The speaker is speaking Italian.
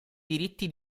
diritti